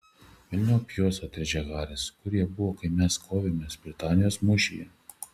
velniop juos atrėžė haris kur jie buvo kai mes kovėmės britanijos mūšyje